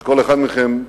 וכל אחד מכם,